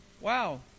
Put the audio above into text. Wow